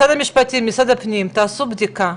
אנחנו חשובים שהנושא של נישואים אזרחיים הוא סיפור מאוד חשוב,